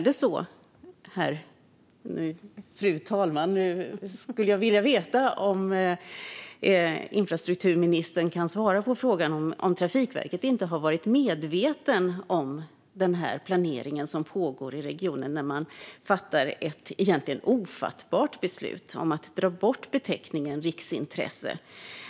Jag skulle vilja veta, fru talman, om infrastrukturministern kan svara på frågan om man på Trafikverket inte har varit medveten om den planering som pågår i regionen när man fattar ett egentligen ofattbart beslut om att dra bort beteckningen riksintresse?